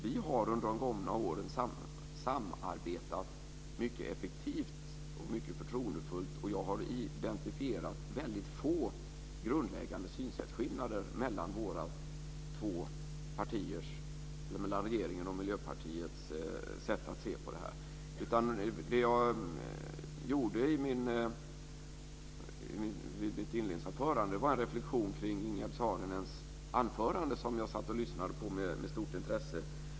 Vi har under de gångna åren samarbetat mycket effektivt och mycket förtroendefullt, och jag har identifierat väldigt få grundläggande skillnader mellan regeringens och Miljöpartiets sätt att se på det här. Vad jag gjorde i mitt inledningsanförande var en reflexion kring Ingegerd Saarinens anförande, som jag satt och lyssnade på med stort intresse.